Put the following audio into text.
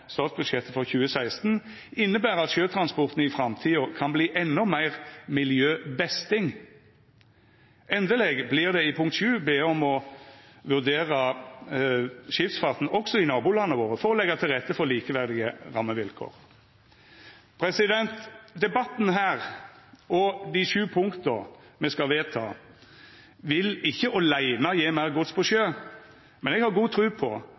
statsbudsjettet for 2016, inneber at sjøtransporten i framtida kan verta endå meir «miljøbesting». Endeleg vert det i forslag til vedtak VII bede om å vurdera skipsfarten også i nabolanda våre, for å leggja til rette for likeverdige rammevilkår. Debatten her og dei sju romartalsforslaga me skal vedta, vil ikkje åleine gje meir gods på sjø, men eg har god tru på,